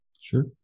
Sure